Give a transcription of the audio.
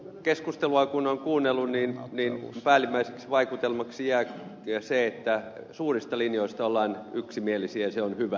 keskustelua kun on kuunnellut niin päällimmäiseksi vaikutelmaksi jää se että suurista linjoista ollaan yksimielisiä ja se on hyvä